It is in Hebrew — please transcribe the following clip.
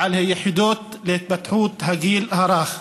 ועל היחידות להתפתחות בגיל הרך.